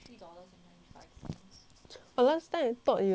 but last time I thought you like very 有钱 [one]